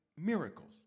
miracles